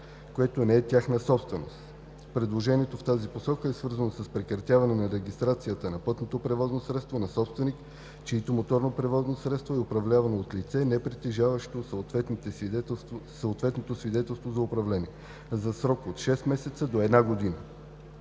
което не е тяхна собственост. Предложението в тази посока е свързано с прекратяване на регистрацията на пътното превозно средство на собственик, чието моторно превозно средство е управлявано от лице, непритежаващо съответното свидетелство за управление – за срок от 6 месеца до една година.